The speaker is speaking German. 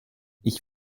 ich